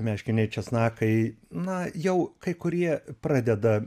meškiniai česnakai na jau kai kurie pradeda